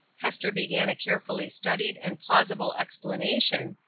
hester began a carefully studied and plausible explanation,